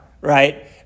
right